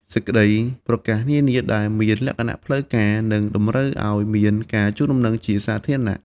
សេចក្តីប្រកាសនានា ដែលមានលក្ខណៈផ្លូវការ និងតម្រូវឲ្យមានការជូនដំណឹងជាសាធារណៈ។